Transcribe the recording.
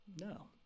No